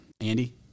Andy